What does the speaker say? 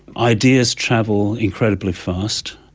ideas travel incredibly fast,